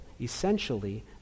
essentially